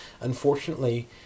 unfortunately